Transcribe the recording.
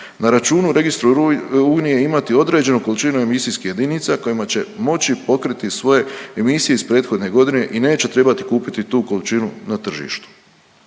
na računu registru Unije imati određenu količinu emisijskih jedinica kojima će moći pokriti svoje emisije iz prethodne godine i neće trebati kupiti tu količinu na tržištu.